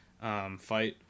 fight